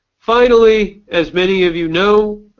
finally, as many of you know,